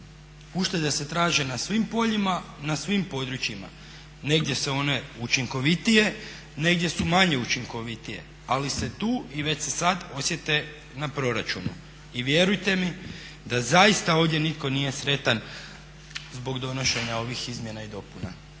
Uštede se traže na svim poljima i na svim područjima. Negdje su one učinkovitije, negdje su manje učinkovitije ali se tu i već se sad osjete na proračunu i vjerujte mi da zaista ovdje nitko nije sretan zbog donošenja ovih izmjena i dopuna.